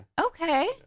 Okay